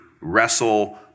wrestle